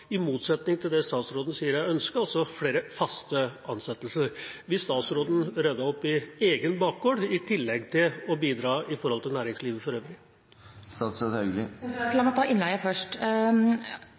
i motsetning til det statsråden sier er ønsket, altså flere faste ansettelser. Hva om statsråden ryddet opp i egen bakgård, i tillegg til å bidra overfor næringslivet for